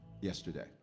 yesterday